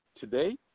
today